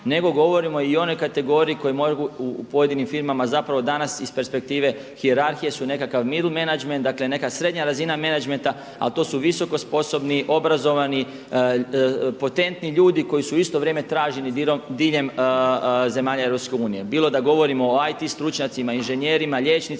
nego govorimo i o onoj kategoriji koji mogu, u pojedinim firmama a zapravo danas iz perspektive hijerarhije su nekakav mild manager, dakle neka srednja razina menadžmenta ali to su visoko sposobni, obrazovani, potentni ljudi koji su u isto vrijeme traženi diljem zemalja EU bilo da govorimo o IT stručnjacima, inženjerima, liječnicima